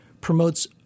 promotes